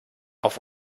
auf